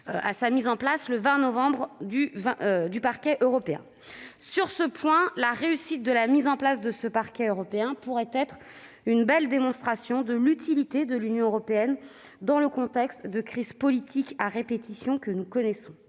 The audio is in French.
à la mise en place, le 20 novembre, du Parquet européen. La réussite d'une telle mise en place pourrait être une belle démonstration de l'utilité de l'Union européenne, dans le contexte de crises politiques à répétition que nous connaissons.